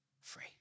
free